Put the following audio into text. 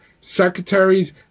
secretaries